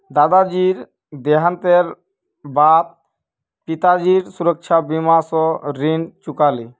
दादाजीर देहांतेर बा द पिताजी सुरक्षा बीमा स ऋण चुका ले